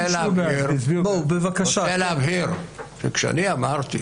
אני רוצה להבהיר, שכאשר אני אמרתי